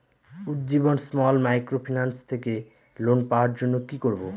Ujjivan small microfinance থেকে loan পাওয়ার জন্য কি করব?